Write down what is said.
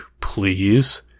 please